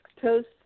toast